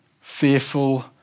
fearful